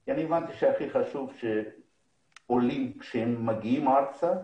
כי הבנתי שהכי חשוב שעולים, כשהם מגיעים ארצה,